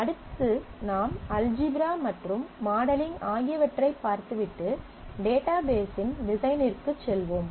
அடுத்து நாம் அல்ஜீப்ரா மற்றும் மாடலிங் ஆகியவற்றைப் பார்த்து விட்டு டேட்டாபேஸின் டிசைனிற்குச் செல்வோம்